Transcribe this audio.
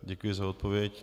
Děkuji za odpověď.